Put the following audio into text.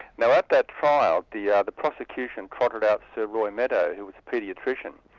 now at that trial, the yeah the prosecution trotted out sir roy meadow, who was a paediatrician,